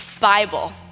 Bible